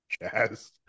jazz